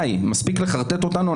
מספיק לחרטט אותנו,